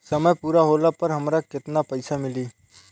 समय पूरा होला पर हमरा केतना पइसा मिली?